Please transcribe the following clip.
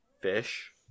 fish